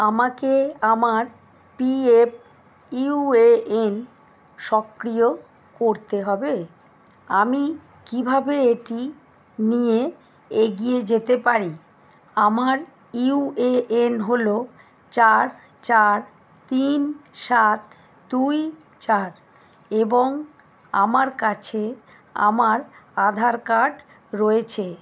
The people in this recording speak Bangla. আমাকে আমার P F U A N সক্রিয় করতে হবে আমি কীভাবে এটি নিয়ে এগিয়ে যেতে পারি আমার ইউ এ এন হলো চার চার তিন সাত দুই চার এবং আমার কাছে আমার আধার কার্ড রয়েছে